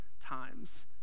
times